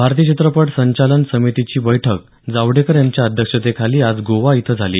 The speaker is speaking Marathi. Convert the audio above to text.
भारतीय चित्रपट संचालन समितीची बैठक जावडेकर यांच्या अध्यक्षतेखाली आज गोवा इथं झाली